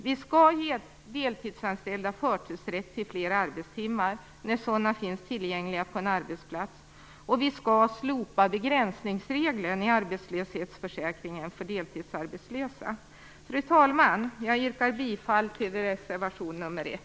Vi skall ge deltidsanställda förtursrätt till fler arbetstimmar, när sådana finns tillgängliga på en arbetsplats, och vi skall slopa begränsningsregeln i arbetslöshetsförsäkringen för deltidsarbetlösa. Fru talman! Jag yrkar bifall till reservation nr 1.